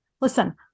listen